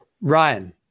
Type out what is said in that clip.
Ryan